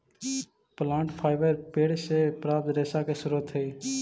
plant fibre पेड़ से प्राप्त रेशा के स्रोत हई